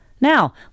Now